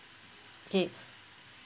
okay